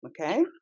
Okay